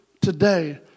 today